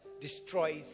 destroys